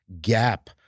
gap